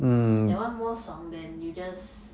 that one more 爽 than you just